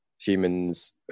humans